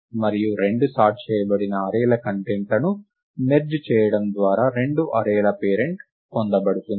మరియు రెండు సార్ట్ చేయబడిన అర్రే ల కంటెంట్లను మెర్జ్ చేయడం ద్వారా రెండు అర్రే ల పేరెంట్ పొందబడుతుంది